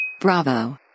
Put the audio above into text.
Bravo